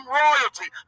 royalty